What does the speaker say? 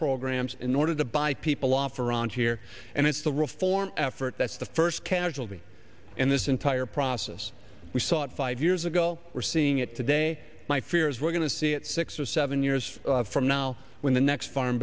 programs in order to buy people off or on here and it's the reform effort that's the first casualty in this entire process we saw it five years ago we're seeing it today my fear is we're going to see it six or seven years from now when the next farm